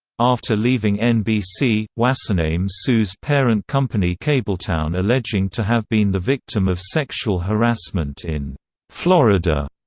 after leaving nbc, wassername sues parent company kabletown alleging to have been the victim of sexual harassment in florida.